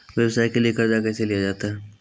व्यवसाय के लिए कर्जा कैसे लिया जाता हैं?